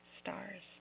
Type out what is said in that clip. Stars